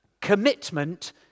commitment